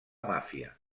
màfia